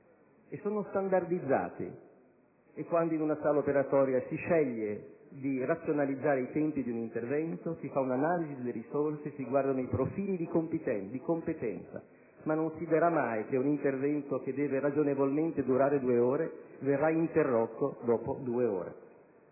vengono standardizzati. Quando in una sala operatoria si sceglie di razionalizzare i tempi di un intervento, si fa un'analisi delle risorse e si guardano i profili di competenza, ma non si dirà mai che un intervento che deve ragionevolmente durare due ore verrà interrotto dopo due ore.